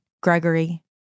Gregory